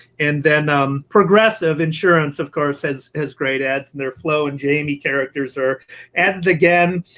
and then um progressive insurance of course has has great ads and their flo and jamie characters are added again.